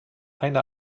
eine